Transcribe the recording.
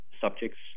subjects